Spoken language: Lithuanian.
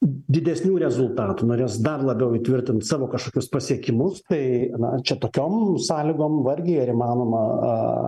didesnių rezultatų norės dar labiau įtvirtint savo kažkokius pasiekimus tai na čia tokiom sąlygom vargiai ar įmanoma